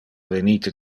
venite